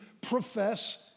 profess